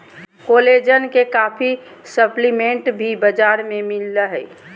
collagen के काफी supplement भी बाजार में मिल हइ